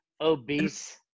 obese